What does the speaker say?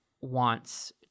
wants